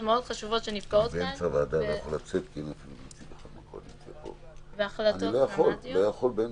חשובות שנפקעות כאן והחלטות דרמטיות.